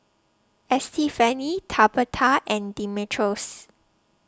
Estefany Tabitha and Dimitrios